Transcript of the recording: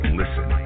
listen